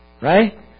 Right